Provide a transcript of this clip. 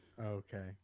Okay